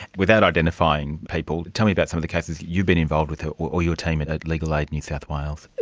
without identifying people, tell me about some of the cases you've been involved with, or your team at at legal aid new south wales.